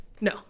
No